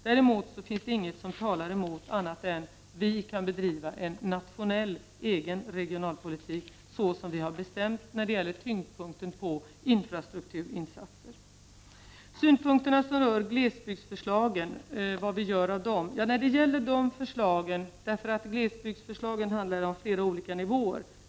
Däremot finns det inget som talar emot att vi skulle kunna bedriva en nationell, egen regionalpolitik med tyngdpunkten på infrastrukturinsatser, såsom vi har bestämt. Jag går nu över till frågan om glesbygdsförslagen och vad vi gör av dem. Dessa förslag behandlar flera olika nivåer.